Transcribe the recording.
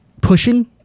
pushing